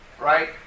right